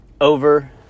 over